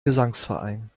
gesangsverein